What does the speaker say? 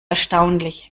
erstaunlich